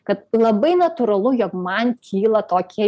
kad labai natūralu jog man kyla tokie